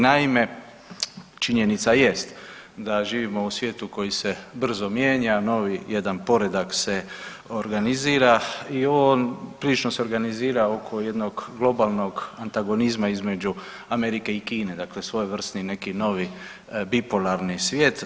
Naime, činjenica jest da živimo u svijetu koji se brzo mijenja, novi jedan poredak se organizira i on prilično se organizira oko jednog globalnog antagonizma između Amerike i Kine, dakle svojevrsni neki novi bipolarni svijet.